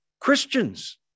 Christians